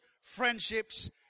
friendships